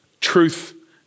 Truth